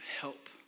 help